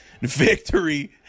victory